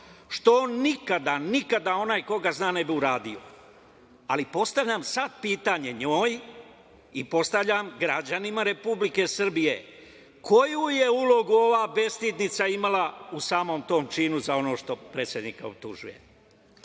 što on nikada, nikada, onaj ko ga zna, ne bi uradio. Ali, postavljam sad pitanje njoj i postavljam građanima Republike Srbije – koju je ulogu ova bestidnica imala u samom tom činu za ono što predsednika optužuje? Evo,